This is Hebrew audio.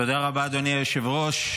תודה רבה, אדוני היושב-ראש.